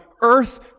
earth